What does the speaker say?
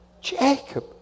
Jacob